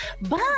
bye